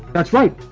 that's right.